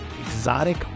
exotic